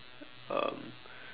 um